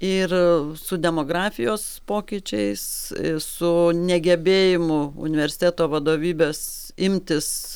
ir su demografijos pokyčiais su negebėjimu universiteto vadovybės imtis